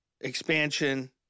expansion